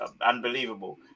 unbelievable